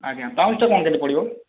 ଆଜ୍ଞା ପାଉଁଜିଟା କ'ଣ କେମତି ପଡ଼ିବ